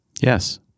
Yes